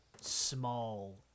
small